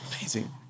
amazing